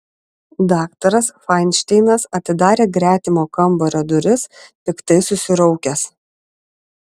daktaras fainšteinas atidarė gretimo kambario duris piktai susiraukęs